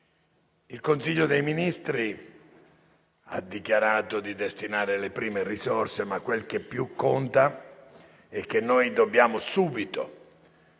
Il Consiglio dei ministri ha stabilito di destinare le prime risorse. Ma quel che più conta è che noi dobbiamo la